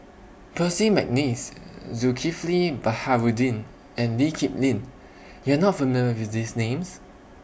Percy Mcneice Zulkifli Baharudin and Lee Kip Lin YOU Are not familiar with These Names